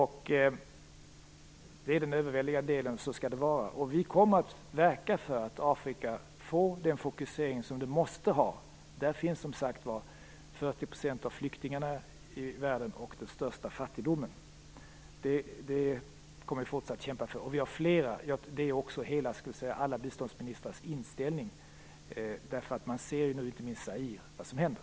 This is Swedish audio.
Det är den övervägande delen, och så skall det vara. Vi kommer att verka för att Afrika får den fokusering som det måste ha. Där finns 40 % av flyktingarna i världen och den största fattigdomen. Vi kommer fortsatt att kämpa för detta. Det är alla biståndsministrars inställning. Vi ser ju vad som händer, inte minst i Zaire.